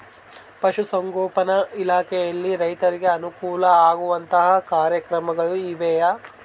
ಪಶುಸಂಗೋಪನಾ ಇಲಾಖೆಯಲ್ಲಿ ರೈತರಿಗೆ ಅನುಕೂಲ ಆಗುವಂತಹ ಕಾರ್ಯಕ್ರಮಗಳು ಇವೆಯಾ?